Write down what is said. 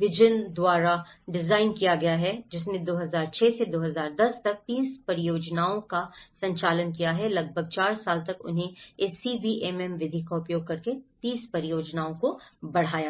vision द्वारा design किया गया है जिसने 2006 से 2010 तक 30 परियोजनाओं का संचालन किया है लगभग 4 साल तक उन्होंने इस CBMM विधि का उपयोग करके 30 परियोजनाओं को बढ़ाया है